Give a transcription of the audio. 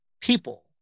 people